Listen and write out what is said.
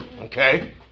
Okay